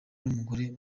n’umugore